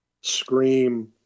Scream